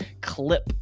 clip